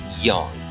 Young